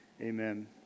amen